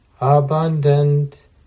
abundant